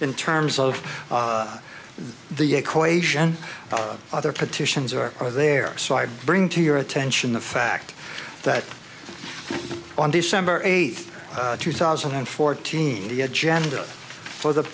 in terms of the equation other petitions are are there so i bring to your attention the fact that on december eighth two thousand and fourteen the agenda for the